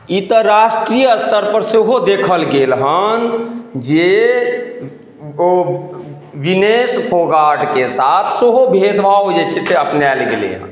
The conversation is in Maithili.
ई तऽ राष्ट्रीय स्तर पर सेहो देखल गेल हन जे ओ विनेश फोगाटके साथ सेहो भेदभाव जे छै से अपनाएल गेलै हन